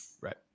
Right